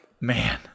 Man